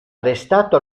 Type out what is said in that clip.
arrestato